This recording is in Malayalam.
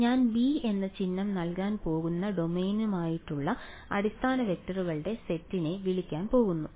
അതിനാൽ ഞാൻ b എന്ന ചിഹ്നം നൽകാൻ പോകുന്ന ഡൊമെയ്നിനായുള്ള അടിസ്ഥാന വെക്റ്ററുകളുടെ സെറ്റിനെ വിളിക്കാൻ പോകുന്നു